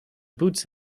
boots